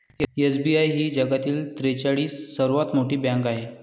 SBI ही जगातील त्रेचाळीस सर्वात मोठी बँक आहे